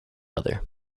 other